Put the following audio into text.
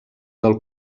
del